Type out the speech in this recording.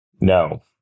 No